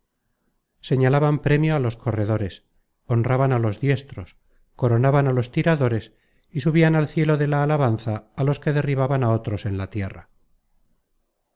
señalaban premio á los corredores honraban a los diestros coronaban á los tiradores y subian al cielo de la alabanza á los que derribaban á otros en la tierra